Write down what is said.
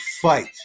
fight